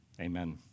Amen